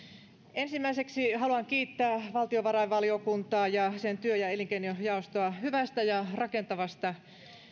ensimmäiseksi haluan kiittää valtiovarainvaliokuntaa ja sen työ ja elinkeinojaostoa hyvästä ja rakentavasta